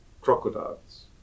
crocodiles